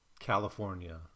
California